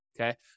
okay